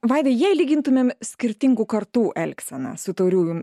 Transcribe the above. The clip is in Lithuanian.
vaidai jei lygintumėm skirtingų kartų elgseną su tauriųjų